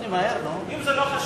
סעיפים 1 5